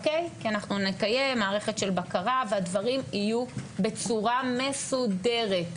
כי אנחנו נקיים מערכת של בקרה והדברים יהיו בצורה מסודרת,